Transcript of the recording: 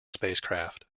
spacecraft